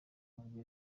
ntabwo